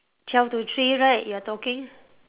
twelve to three right you're talking